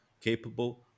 capable